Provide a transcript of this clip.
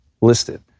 listed